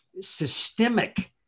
systemic